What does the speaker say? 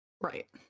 Right